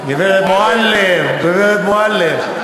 גברת מועלם, גברת מועלם.